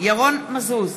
ירון מזוז,